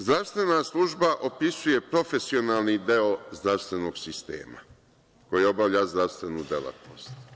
Zdravstvena služba opisuje profesionalni deo zdravstvenog sistema koji obavlja zdravstvenu delatnost.